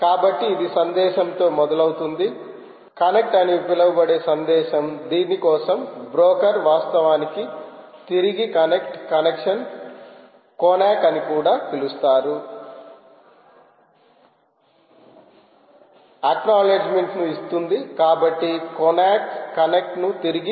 కాబట్టి ఇది సందేశం తో మొదలవుతుంది కనెక్ట్ అని పిలువబడే సందేశం దీని కోసం బ్రోకర్ వాస్తవానికి తిరిగి కనెక్ట్ కనెక్షన్ కొనాక్ అని కూడా పిలుస్తారు అక్క్నాలెడ్జ్మెంట్ ని ఇస్తుంది